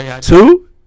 Two